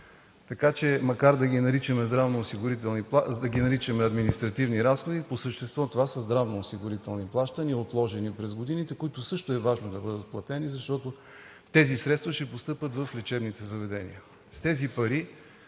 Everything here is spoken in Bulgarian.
лимити. Макар да ги наричаме „Административни разходи“ по същество това са здравноосигурителни плащания, отложени през годините, които също е важно да бъдат платени, защото тези средства ще постъпят в лечебните заведения. С тези пари,